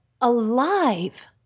alive